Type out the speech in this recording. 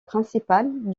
principales